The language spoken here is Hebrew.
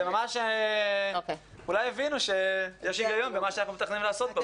אולי יבינו שיש היגיון במה שאנחנו מתכננים לעשות פה,